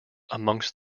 amongst